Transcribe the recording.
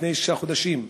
לפני שישה חודשים,